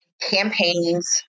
campaigns